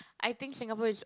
I think Singapore is